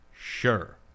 sure